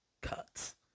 cuts